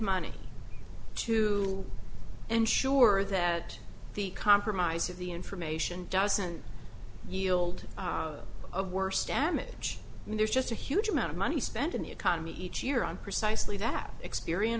money to ensure that the compromise of the information doesn't yield of worse damage there's just a huge amount of money spent in the economy each year on precisely that experience